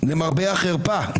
למרבה החרפה,